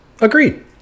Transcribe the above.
Agreed